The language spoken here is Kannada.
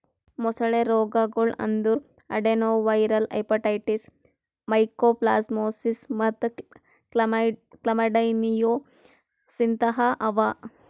ಮೊಸಳೆ ರೋಗಗೊಳ್ ಅಂದುರ್ ಅಡೆನೊವೈರಲ್ ಹೆಪಟೈಟಿಸ್, ಮೈಕೋಪ್ಲಾಸ್ಮಾಸಿಸ್ ಮತ್ತ್ ಕ್ಲಮೈಡಿಯೋಸಿಸ್ನಂತಹ ಅವಾ